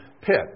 pit